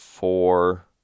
four